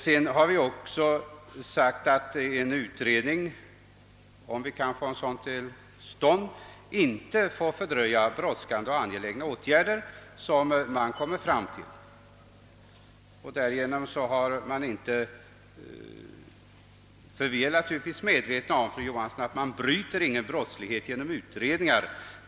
Vi har vidare sagt att en utredning, om vi kan få en sådan till stånd, inte får fördröja brådskande och angelägna åtgärder. Vi är naturligtvis medvetna om, fru Johansson, att ingen brottslighet bryts genom utredningar.